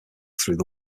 through